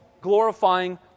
glorifying